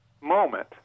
moment